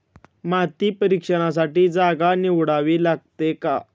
माती परीक्षणासाठी जागा निवडावी लागते का?